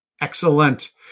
Excellent